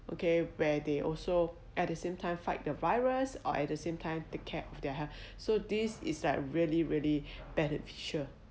okay where they also at the same time fight the virus or at the same time take care of their health so this is like really really beneficial